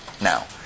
now